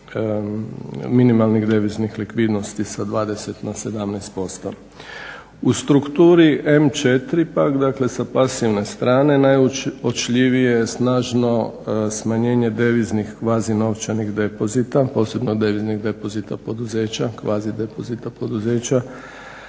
minimalnih deviznih likvidnosti sa 20 na 17%. U strukturi M4 pak dakle sa pasivne strane najuočljivije je snažno smanjenje deviznih kvazi novčanih depozita posebno deviznih depozita poduzeća, kvazi depozita poduzeća,